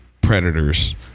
predators